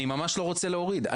אני ממש לא רוצה להוריד.